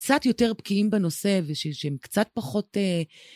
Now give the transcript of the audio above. קצת יותר בקיאים בנושא ושהם קצת פחות...